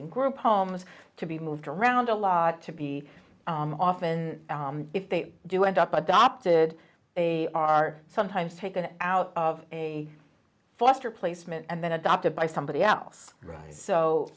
in group homes to be moved around a lot to be often if they do end up adopted a are sometimes taken out of a foster placement and then adopted by somebody else right so